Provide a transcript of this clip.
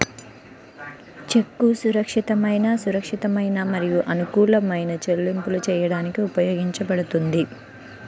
చెక్కు సురక్షితమైన, సురక్షితమైన మరియు అనుకూలమైన చెల్లింపులు చేయడానికి ఉపయోగించబడుతుంది